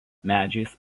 medžiais